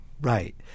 right